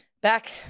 back